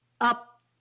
up